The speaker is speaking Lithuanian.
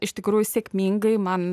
iš tikrųjų sėkmingai man